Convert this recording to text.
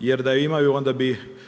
jer da ju imaju, onda bi